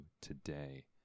today